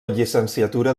llicenciatura